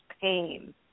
pain